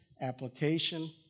application